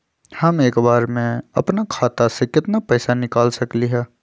हम एक बार में अपना खाता से केतना पैसा निकाल सकली ह?